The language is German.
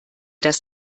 das